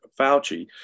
Fauci